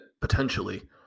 potentially –